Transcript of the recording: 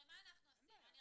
מ-2020.